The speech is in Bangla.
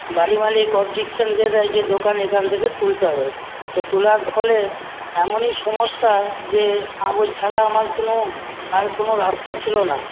বাড়ির মালিক অবজেকশন দিয়ে দেয় যে এখান থেকে দোকান তুলতে হবে তো তোলার ফলে এমনই সমস্যা যে আর ওই ছাড়া আমার কোন আর কোনো রাস্তা ছিল না